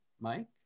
Mike